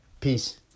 Peace